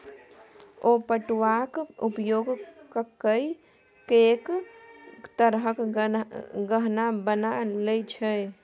ओ पटुआक उपयोग ककए कैक तरहक गहना बना लए छै